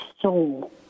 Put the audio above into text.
soul